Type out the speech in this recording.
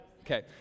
Okay